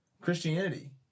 Christianity